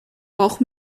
auch